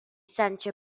sancho